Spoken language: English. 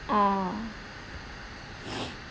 oh